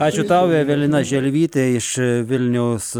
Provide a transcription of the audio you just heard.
ačiū tau evelina želvytė iš vilniaus